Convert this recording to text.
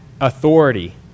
authority